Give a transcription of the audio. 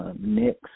Next